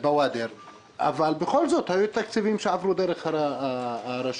אבל בכל זאת היו תקציבים שעברו דרך הרשות,